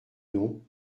non